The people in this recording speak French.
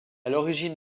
l’origine